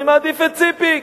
אני מעדיף את ציפי,